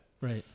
Right